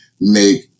make